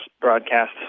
broadcast